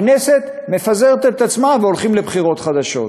הכנסת מפזרת את עצמה והולכים לבחירות חדשות.